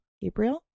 gabriel